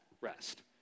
rest